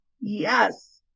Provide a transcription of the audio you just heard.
Yes